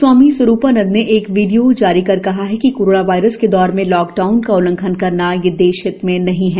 स्वामी स्वरुपानंद ने एक वीडियो जारी कर कहा है कि कोरोना वायरस के दौर में लाक डाउन का उल्लंघन करना यह देश हित में नही है